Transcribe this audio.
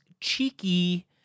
cheeky